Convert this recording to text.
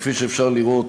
כפי שאפשר לראות,